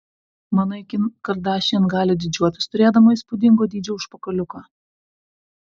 manai kim kardašian gali didžiuotis turėdama įspūdingo dydžio užpakaliuką